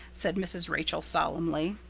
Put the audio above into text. said mrs. rachel solemnly.